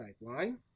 line